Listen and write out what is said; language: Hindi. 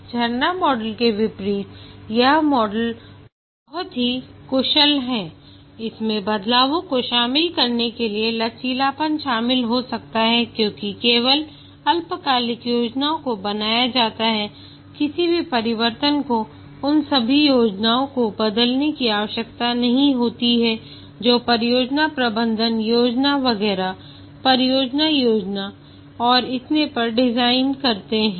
झरना मॉडल के विपरीत यह मॉडल बहुत ही कुशल है इसमें बदलावों को शामिल करने के लिए लचीलापन शामिल हो सकता है क्योंकि केवल अल्पकालिक योजनाओं को बनाया जाता है किसी भी परिवर्तन को उन सभी योजनाओं को बदलने की आवश्यकता नहीं होती है जो परियोजना प्रबंधन योजना वगैरह परीक्षण योजना और इतने पर डिजाइन करते हैं